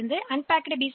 எனவே பேக் செய்யப்பட்ட பி